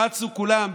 רצו כולם,